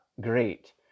great